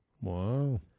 Wow